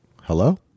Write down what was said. Hello